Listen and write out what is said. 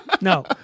No